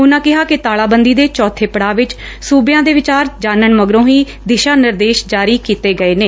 ਉਨਾ ਕਿਹਾ ਕਿ ਤਾਲਬੰਦੀ ਦੇ ਚੋਬੇ ਪੜਾਅ ਵਿਚ ਸੁਬਿਆ ਦੇ ਵਿਚਾਰ ਜਾਨਣ ਮਗਰੋਂ ਹੀ ਦਿਸ਼ਾ ਨਿਰਦੇਸ਼ ਜਾਰੀ ਕੀਤੇ ਗਏ ਨੇ